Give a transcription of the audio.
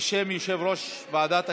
בשם יושב-ראש ועדת הכספים.